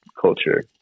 culture